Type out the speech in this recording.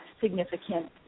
significant